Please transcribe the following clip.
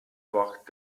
wacht